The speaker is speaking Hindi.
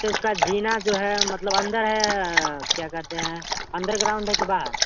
तो उसका जीना जो है मतलब अंदर है क्या कहते हैं अंडरग्राउंड है कि बाहर